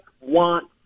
want